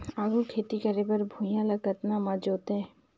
आघु खेती करे बर भुइयां ल कतना म जोतेयं?